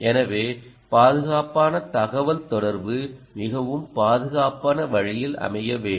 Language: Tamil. எனவே பாதுகாப்பான தகவல்தொடர்பு மிகவும் பாதுகாப்பான வழியில் அமைய வேண்டும்